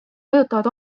mõjutavad